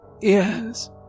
Yes